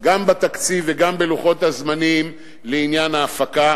גם בתקציב וגם בלוחות הזמנים לעניין ההפקה.